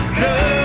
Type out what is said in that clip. love